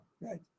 right